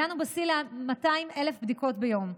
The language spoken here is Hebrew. הגענו בשיא ל-200,000 בדיקות ביום.